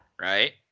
Right